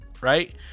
right